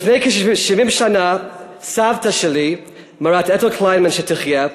לפני כ-70 שנה סבתא שלי, מרת עטיל קליינמן שתחיה,